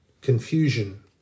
Confusion